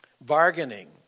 bargaining